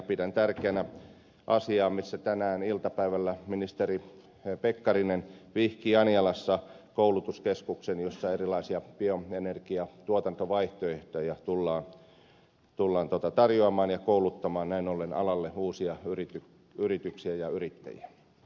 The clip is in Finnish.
pidän tärkeänä sitä että tänään iltapäivällä ministeri pekkarinen vihki anjalassa koulutuskeskuksen jossa erilaisia bioenergiatuotantovaihtoehtoja tullaan tarjoamaan ja kouluttamaan näin ollen alalle uusia yrityksiä ja yrittäjiä